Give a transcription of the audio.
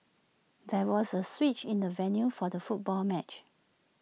there was A switch in the venue for the football match